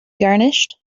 garnished